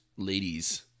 Ladies